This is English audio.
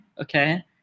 okay